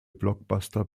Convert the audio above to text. blockbuster